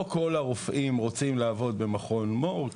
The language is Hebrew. העניין הוא כזה: לא כל הרופאים רוצים לעבוד במכון מור,